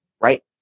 right